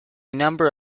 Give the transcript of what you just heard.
number